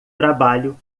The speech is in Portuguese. trabalho